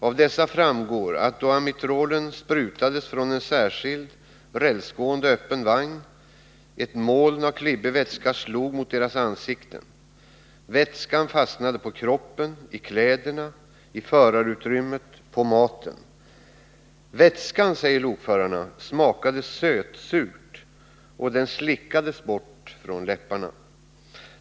Av dessa framgår att då amitrolen sprutades från en särskild rälsgående öppen vagn slog ett moln av klibbig vätska mot lokförarnas ansikten. Vätskan fastnade på kroppen, i kläderna, i förarutrymmet, på maten. Vätskan, säger lokförarna, smakade sötsurt, och den slickades bort från läpparna.